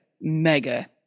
mega